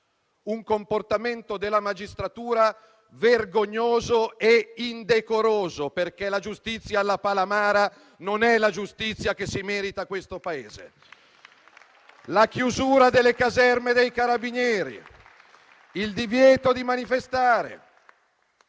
un comportamento della magistratura vergognoso e indecoroso, perché la giustizia alla Palamara non è la giustizia che si merita il Paese, la chiusura delle caserme dei carabinieri, il divieto di manifestare,